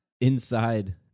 inside